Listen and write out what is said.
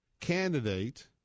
candidate